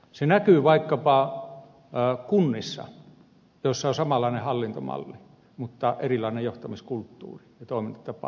se näkyy vaikkapa kunnissa joissa on samanlainen hallintomalli mutta erilainen johtamiskulttuuri ja toimintatapa